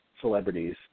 celebrities